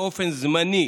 באופן זמני,